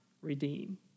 redeem